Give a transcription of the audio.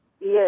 Yes